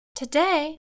Today